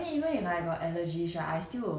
but actually no like think about it now like